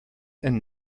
and